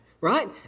right